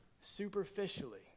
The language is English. superficially